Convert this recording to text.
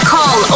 Call